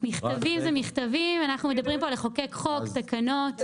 כתבים הם מכתבים ואנחנו מדברים כאן על חקיקת חוק ועל תקנות.